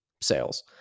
sales